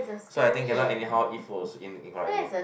so I think also cannot anyhow eat food al~ eat incorrectly